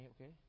okay